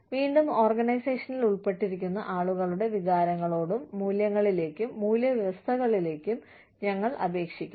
വീണ്ടും ഓർഗനൈസേഷനിൽ ഉൾപ്പെട്ടിരിക്കുന്ന ആളുകളുടെ വികാരങ്ങളോടും മൂല്യങ്ങളിലേക്കും മൂല്യ വ്യവസ്ഥകളിലേക്കും ഞങ്ങൾ അപേക്ഷിക്കുന്നു